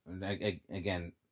again